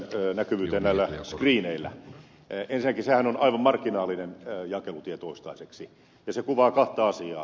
ensinnäkin sehän on aivan marginaalinen jakelutie toistaiseksi ja se kuvaa kahta asiaa